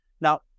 Now